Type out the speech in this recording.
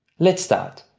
let's start.